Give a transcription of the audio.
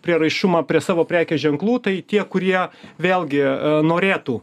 prieraišumą prie savo prekės ženklų tai tie kurie vėlgi norėtų